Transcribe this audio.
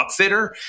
upfitter